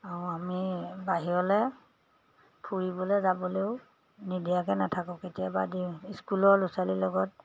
আৰু আমি বাহিৰলৈ ফুৰিবলৈ যাবলেও নিদিয়াকৈ নাথাকোঁ কেতিয়াবা দিওঁ স্কুলৰ ল'ৰা ছোৱালীৰ লগত